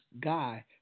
guy